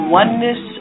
oneness